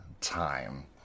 time